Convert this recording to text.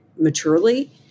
maturely